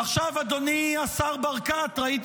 ועכשיו, אדוני השר ברקת, ראיתי